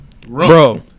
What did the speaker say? bro